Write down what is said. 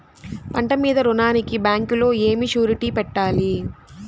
పంట మీద రుణానికి బ్యాంకులో ఏమి షూరిటీ పెట్టాలి?